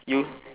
you